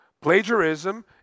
plagiarism